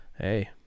hey